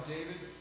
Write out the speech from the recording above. David